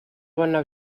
bona